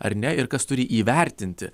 ar ne ir kas turi įvertinti